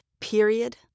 period